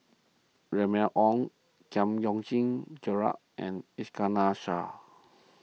Remy Ong Giam Yean Song Gerald and Iskandar Shah